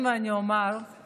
היא אומרת